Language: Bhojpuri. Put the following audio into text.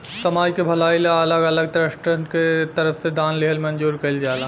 समाज के भलाई ला अलग अलग ट्रस्टसन के तरफ से दान लिहल मंजूर कइल जाला